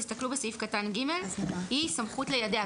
תסתכלו בסעיף קטן (ג) היא סמכות ליידע.